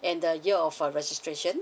and the year of for registration